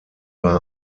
bei